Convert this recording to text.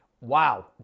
Wow